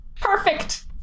perfect